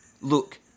Look